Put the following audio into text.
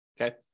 okay